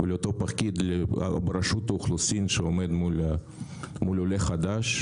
ולאותו פקיד ברשות האוכלוסין שעומד מול עולה חדש,